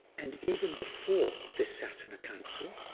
and even before this sasana council,